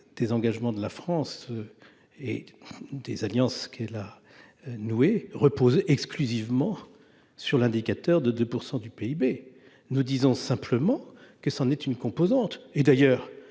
des engagements de la France et des alliances qu'elle a nouées reposait exclusivement sur l'indicateur de 2 % du PIB. Nous disons simplement qu'il en est une composante. D'ailleurs,